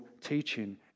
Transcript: teaching